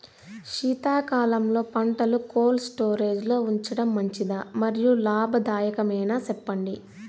శీతాకాలంలో పంటలు cold storage లో ఉంచడం మంచిదా? మరియు లాభదాయకమేనా, సెప్పండి